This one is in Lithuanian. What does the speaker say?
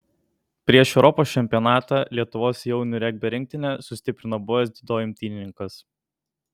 prieš europos čempionatą lietuvos jaunių regbio rinktinę sustiprino buvęs dziudo imtynininkas